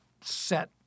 set